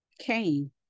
cain